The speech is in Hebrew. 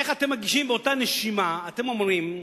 איך אתם מגישים באותה נשימה, אתם אומרים: